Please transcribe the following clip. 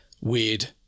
weird